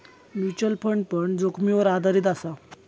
mutual fund पण जोखीमीवर आधारीत असा